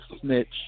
snitch